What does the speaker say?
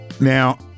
now